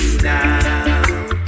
now